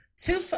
two